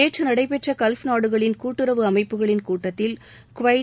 நேற்று நடைபெற்ற கல்ஃப் நாடுகளின் கூட்டுறவு அமைப்புகளின் கூட்டத்தில் குவைத்